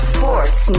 Sports